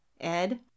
Ed